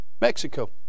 Mexico